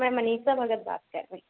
मैं मनीषा भगत बात कर रही